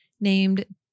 named